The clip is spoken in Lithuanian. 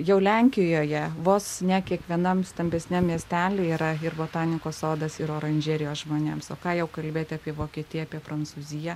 jau lenkijoje vos ne kiekvienam stambesniam miestelyje yra ir botanikos sodas ir oranžerijos žmonėms o ką jau kalbėti apie vokietiją apie prancūziją